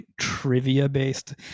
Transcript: trivia-based